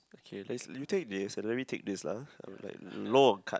okay lets you take this already take this lah like law of cut